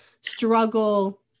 struggle